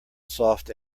soft